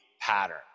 pattern